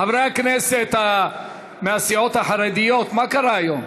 חברי הכנסת מהסיעות החרדיות, מה קרה היום?